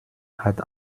hat